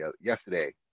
yesterday